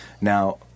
Now